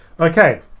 Okay